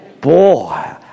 Boy